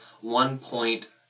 one-point